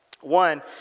One